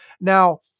Now